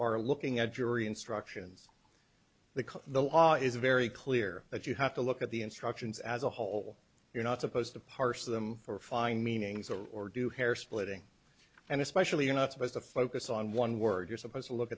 are looking at jury instructions the the law is very clear that you have to look at the instructions as a whole you're not supposed to parse them or find meanings or do hair splitting and especially you're not supposed to focus on one word you're supposed to look